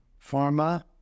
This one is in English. pharma